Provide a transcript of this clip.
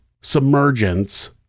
submergence